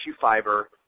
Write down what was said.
fiber